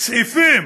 סעיפים